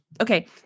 okay